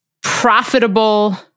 profitable